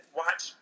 watch